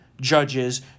judges